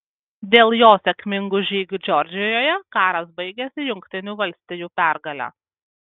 dėl jo sėkmingų žygių džordžijoje karas baigėsi jungtinių valstijų pergale